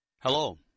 Hello